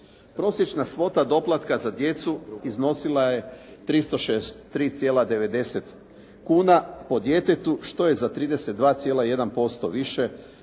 Prosječna svota doplatka za djecu iznosila je 363,90 kuna po djetetu što je za 32,1% više nego u